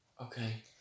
okay